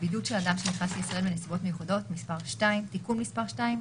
(בידוד של אדם שנכנס לישראל בנסיבות מיוחדות) (מס 2) (תיקון מס' 2),